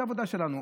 את העבודה שלנו.